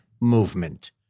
movement